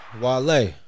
Wale